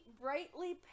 brightly